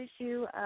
issue